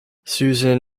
susan